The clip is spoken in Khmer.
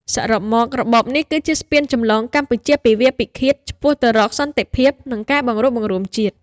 សរុបមក របបនេះគឺជាស្ពានចម្លងកម្ពុជាពីវាលពិឃាត ឆ្ពោះទៅរកសន្តិភាព និងការបង្រួបបង្រួមជាតិ។